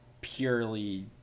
purely